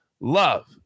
love